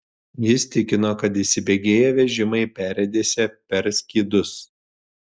jis tikino kad įsibėgėję vežimai perriedėsią per skydus